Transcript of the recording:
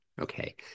Okay